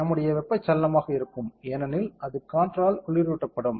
நம்முடையது வெப்பச்சலனமாக இருக்கும் ஏனெனில் அது காற்றால் குளிரூட்டப்படும்